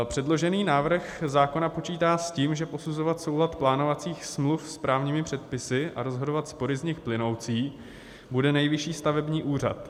Předložený návrh zákona počítá s tím, že posuzovat soulad plánovacích smluv s právními předpisy a rozhodovat spory z nich plynoucí bude Nejvyšší stavební úřad.